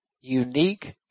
unique